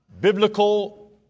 biblical